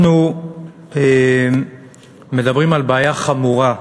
אנחנו מדברים על בעיה חמורה,